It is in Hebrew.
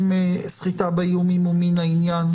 אם סחיטה באיומים הוא מן העניין,